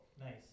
nice